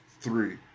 three